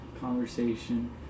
conversation